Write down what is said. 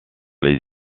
les